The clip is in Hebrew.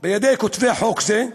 של כותבי חוק זה.